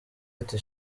ati